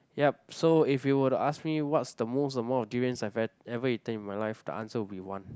yup so if you were to ask me what's the most amount of durians that I've ever eaten in my life the answer will be one